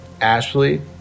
Ashley